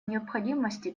необходимости